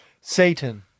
Satan